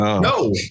no